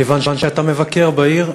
כיוון שאתה מבקר בעיר,